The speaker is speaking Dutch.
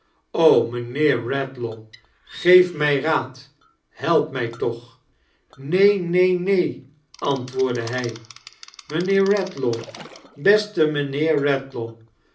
mijnheer redlaw geef mij raad help mij toch t neen neen neen antwoordde hij mijnheer redlaw beste